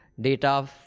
data